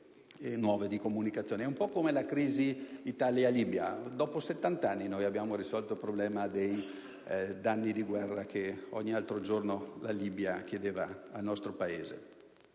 È un po' come la crisi Italia-Libia: dopo settant'anni abbiamo risolto il problema dei danni di guerra il cui ristoro ogni giorno la Libia chiedeva al nostro Paese.